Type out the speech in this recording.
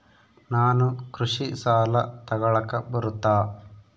ನಾನು ಕೃಷಿ ಸಾಲ ತಗಳಕ ಬರುತ್ತಾ?